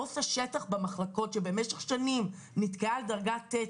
עו"ס השטח במחלקות שבמשך שנים נתקעה על דרגה ט',